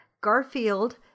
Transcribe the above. Garfield